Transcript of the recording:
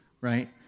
right